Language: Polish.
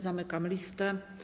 Zamykam listę.